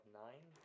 nine